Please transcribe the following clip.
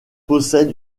possède